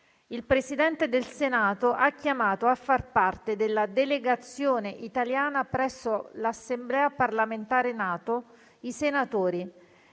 Il Presidente del Senato ha chiamato a far parte della Delegazione italiana presso l'Assemblea parlamentare NATO i senatori: